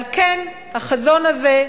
לכן החזון הזה,